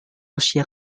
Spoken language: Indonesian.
usia